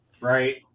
right